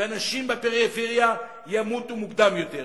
ואנשים בפריפריה ימותו מוקדם יותר.